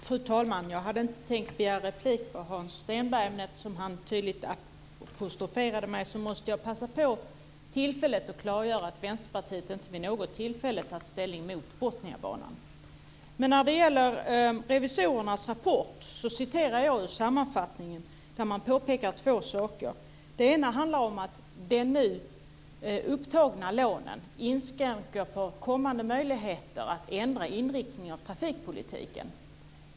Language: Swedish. Fru talman! Jag hade inte tänkt begära replik på Hans Stenbergs inlägg, men eftersom han tydligt apostroferade mig måste jag passa på tillfället att klargöra att Vänsterpartiet inte vid något tillfälle har tagit ställning mot Botniabanan. Jag citerade ur sammanfattningen av revisorernas rapport, där man påpekar två saker. Den ena är att de nu upptagna lånen inskränker kommande möjligheter att ändra inriktningen av trafikpolitiken.